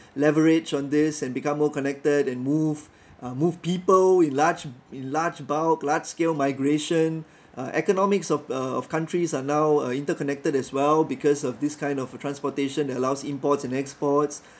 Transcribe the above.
leverage on this and become more connected and move uh move people in large in large bulk large scale migration uh economics of uh of countries are now uh interconnected as well because of this kind of transportation that allows imports and exports